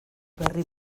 berri